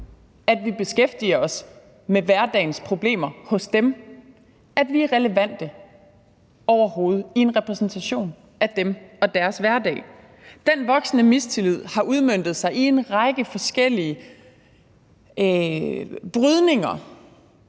at vi beskæftiger os med hverdagens problemer hos dem, at vi overhovedet er relevante i en repræsentation af dem og deres hverdag? Den voksende mistillid har udmøntet sig i en række forskellige brydninger